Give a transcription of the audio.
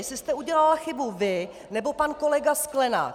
Jestli jste udělala chybu vy, nebo pan kolega Sklenák.